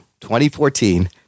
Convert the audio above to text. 2014